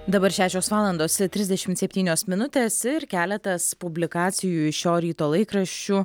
dabar šešios valandos trisdešimt septynios minutės ir keletas publikacijų iš šio ryto laikraščių